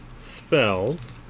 Spells